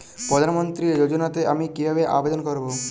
প্রধান মন্ত্রী যোজনাতে আমি কিভাবে আবেদন করবো?